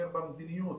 יותר במדיניות,